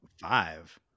Five